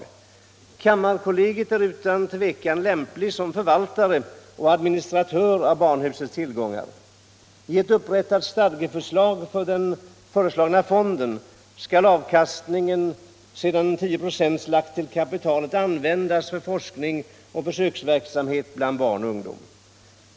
Kammarkollegiet är utan tvivel lämpligt som förvaltare och administratör av barnhusets tillgångar. Enligt ett upprättat stadgeförslag för den förestagna fonden skall avkastningen, sedan 10 6 lagts till kapitalet, användas för forskningsoch försöksverksamhet bland barn och ungdom.